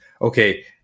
Okay